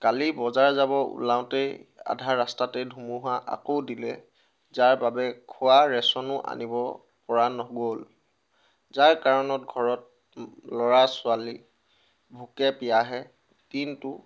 কালি বজাৰ যাব ওলাওঁতেই আধা ৰাস্তাতে ধুমুহা আকৌ দিলে যাৰ বাবে খোৱা ৰেচনো আনিব পৰা নগ'ল যাৰ কাৰণত ঘৰত ল'ৰা ছোৱালী ভোকে পিয়াহে দিনটো